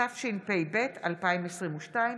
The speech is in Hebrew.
התשפ"ב 2022,